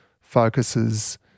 focuses